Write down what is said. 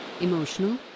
emotional